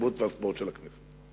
התרבות והספורט של הכנסת.